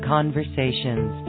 Conversations